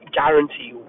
guarantee